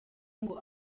ngo